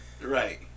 Right